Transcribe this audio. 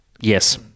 yes